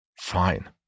Fine